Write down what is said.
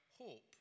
hope